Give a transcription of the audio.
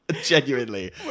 Genuinely